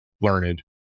learned